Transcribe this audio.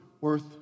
worth